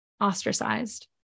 ostracized